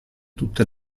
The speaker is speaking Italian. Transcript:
tutte